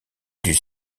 dut